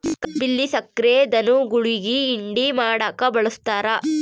ಕಬ್ಬಿಲ್ಲಿ ಸಕ್ರೆ ಧನುಗುಳಿಗಿ ಹಿಂಡಿ ಮಾಡಕ ಬಳಸ್ತಾರ